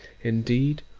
indeed,